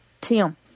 Tim